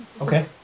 Okay